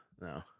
no